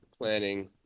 planning